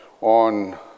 on